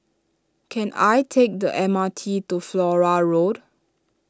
can I take the M R T to Flora Road